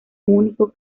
único